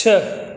छह